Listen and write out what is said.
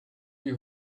you